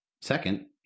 Second